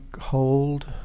hold